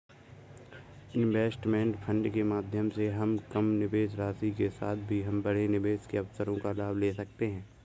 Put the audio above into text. investment fund के माध्यम से हम कम निवेश राशि के साथ भी हम बड़े निवेश के अवसरों का लाभ ले सकते हैं